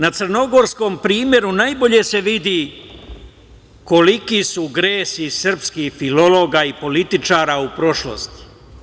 Na crnogorskom primeru najbolje se vidi koliki su gresi srpskih filologa i političara u prošlosti.